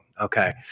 Okay